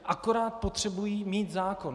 Akorát potřebují mít zákon.